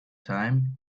time